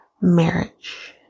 marriage